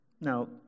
Now